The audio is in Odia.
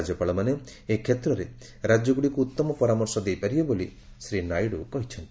ରାଜ୍ୟପାଳମାନେ ଏ କ୍ଷେତ୍ରରେ ରାଜ୍ୟଗୁଡ଼ିକୁ ଉତ୍ତମ ପରାମର୍ଶ ଦେଇପାରିବେ ବୋଲି ଶ୍ରୀ ନାଇଡୁ କହିଚ୍ଛନ୍ତି